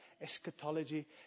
eschatology